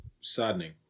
saddening